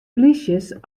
plysjes